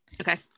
Okay